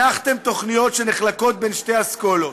הנחתם תוכניות שנחלקות בין שתי אסכולות,